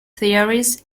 theories